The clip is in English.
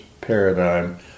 paradigm